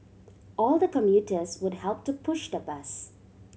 all the commuters would help to push the bus